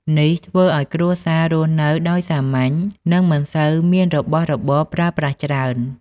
នេះធ្វើឲ្យគ្រួសាររស់នៅដោយសាមញ្ញ និងមិនសូវមានរបស់របរប្រើប្រាស់ច្រើន។